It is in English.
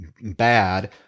bad